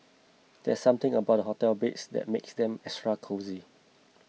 there's something about hotel beds that makes them extra cosy